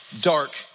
dark